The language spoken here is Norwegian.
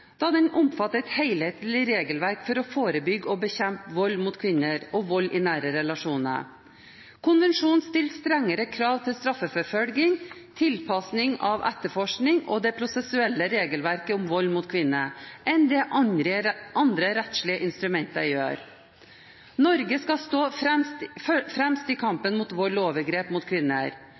da den omfatter et helhetlig regelverk for å forebygge og bekjempe vold mot kvinner og vold i nære relasjoner. Konvensjonen stiller strengere krav til straffeforfølging, tilpasning av etterforskning og det prosessuelle regelverket om vold mot kvinner enn det andre rettslige instrumenter gjør. Norge skal stå fremst i kampen mot vold og overgrep mot kvinner.